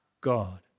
God